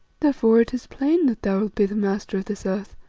therefore it is plain that thou wilt be the master of this earth,